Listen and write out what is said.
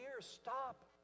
stop